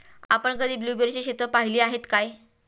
आपण कधी ब्लुबेरीची शेतं पाहीली आहेत काय?